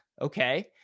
okay